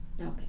Okay